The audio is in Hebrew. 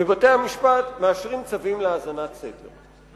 בבתי-המשפט מאשרים צווים להאזנת סתר.